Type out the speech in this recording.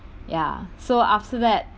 ya so after that